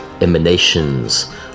emanations